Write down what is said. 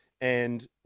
And-